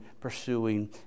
pursuing